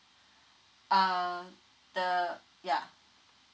err the ya